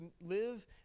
live